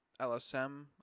LSM